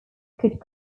could